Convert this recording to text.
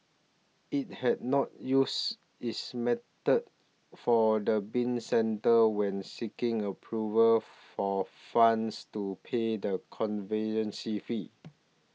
it had not used this method for the bin centre when seeking approval for funds to pay the fee